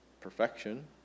perfection